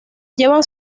llevan